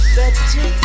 better